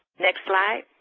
next slide,